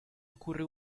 ocurre